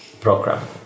program